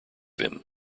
him